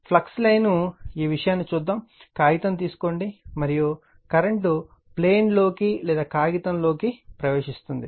flux line ఈ విషయాన్ని చూద్దాము కాగితం తీసుకోండి మరియు కరెంట్ ప్లేన్ లోకి లేదా కాగితంలోకి ప్రవేశిస్తుంది